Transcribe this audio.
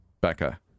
Becca